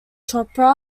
chopra